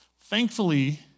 Thankfully